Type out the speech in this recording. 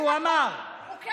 הוא לא אמר ככה.